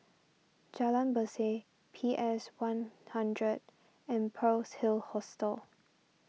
Jalan Berseh P S one hundred and Pearl's Hill Hostel